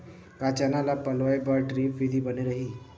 का चना ल पलोय बर ड्रिप विधी बने रही?